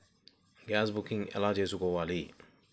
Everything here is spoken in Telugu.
గ్యాస్ బుకింగ్ ఎలా చేసుకోవాలి?